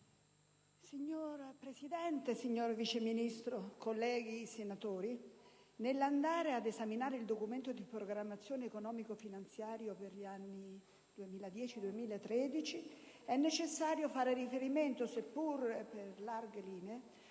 Signor Presidente, signor Vice Ministro, colleghi senatori, nell'esaminare il Documento di programmazione economico-finanziaria per gli anni 2010-2013 è necessario far riferimento, seppur per larghe linee,